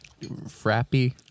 frappy